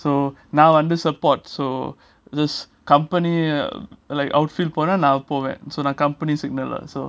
so now under support so this company ah like outfield போனா நான் போவேன்:pona nan poven so நான்:nan company signaller so